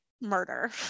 murder